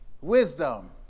Wisdom